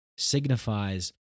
Signifies